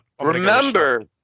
Remember